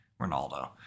Ronaldo